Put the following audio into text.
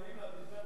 מהביזנטים,